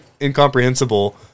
incomprehensible